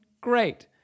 Great